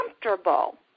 comfortable